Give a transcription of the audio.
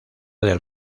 del